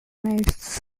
nights